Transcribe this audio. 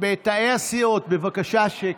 בתאי הסיעות, בבקשה, שקט.